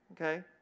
Okay